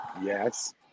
Yes